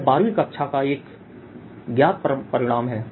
यह बारहवीं कक्षा का एक ज्ञात परिणाम है